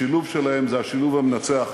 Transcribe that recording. השילוב שלהן זה השילוב המנצח,